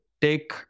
take